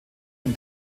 den